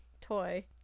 toy